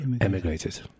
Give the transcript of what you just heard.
emigrated